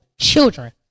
children